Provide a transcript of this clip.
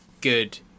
good